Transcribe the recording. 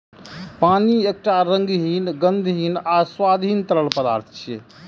पानि एकटा रंगहीन, गंधहीन आ स्वादहीन तरल पदार्थ छियै